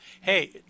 hey